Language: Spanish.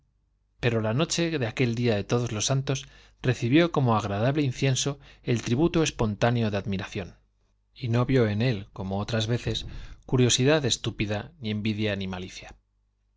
pero la noche de aquel día de todos los santos recibió como agradable incienso el tributo espontáneo de admiración y no vio en él como otras veces curiosidad estúpida ni envidia ni malicia